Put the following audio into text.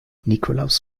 nikolaus